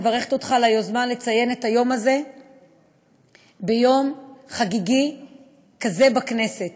אני מברכת אותך על היוזמה לציון היום הזה ביום חגיגי כזה בכנסת.